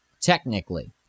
technically